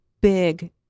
big